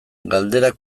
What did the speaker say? galderak